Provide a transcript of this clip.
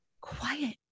quiet